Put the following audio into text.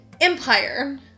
Empire